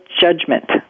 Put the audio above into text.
judgment